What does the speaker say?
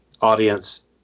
audience